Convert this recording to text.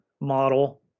model